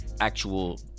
actual